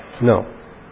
No